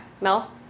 Mel